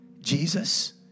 Jesus